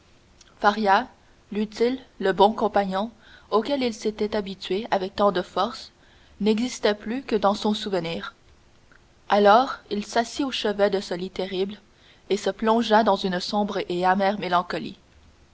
faria l'utile le bon compagnon auquel il s'était habitué avec tant de force n'existait plus que dans son souvenir alors il s'assit au chevet de ce lit terrible et se plongea dans une sombre et amère mélancolie